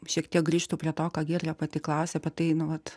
šiek tiek grįžtu prie to ką giedrė pati klausė apie tai nu vat